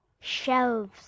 shelves